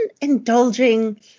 indulging